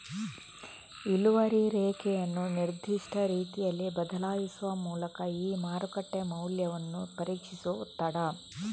ಇಳುವರಿ ರೇಖೆಯನ್ನು ನಿರ್ದಿಷ್ಟ ರೀತಿಯಲ್ಲಿ ಬದಲಾಯಿಸುವ ಮೂಲಕ ಈ ಮಾರುಕಟ್ಟೆ ಮೌಲ್ಯವನ್ನು ಪರೀಕ್ಷಿಸುವ ಒತ್ತಡ